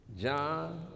John